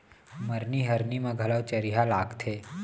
मरनी हरनी म घलौ चरिहा लागथे